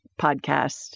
podcast